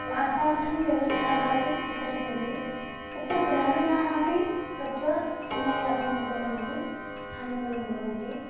वासार्थं व्यवस्थाः अपि तत्र सन्ति तत्र ग्रामीणाः अपि गत्वा समययापनं कुर्वन्ति आनन्दमनुभवन्ति